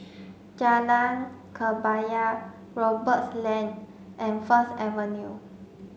Jalan Kebaya Roberts Lane and First Avenue